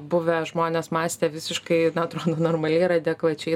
buvę žmonės mąstė visiškai na atrodo normaliai ir adekvačiai